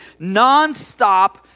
nonstop